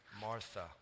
Martha